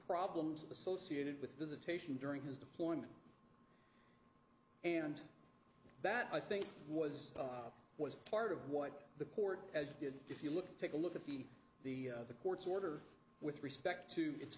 problems associated with visitation during his deployment and that i think was was part of what the court as did if you look take a look at the the the court's order with respect to it